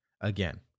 Again